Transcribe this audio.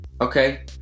okay